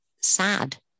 sad